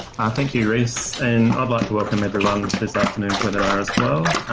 thank you, rhys. and i'd like to welcome everyone to this afternoon's webinar as well.